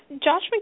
Josh